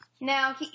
Now